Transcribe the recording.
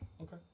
Okay